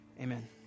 Amen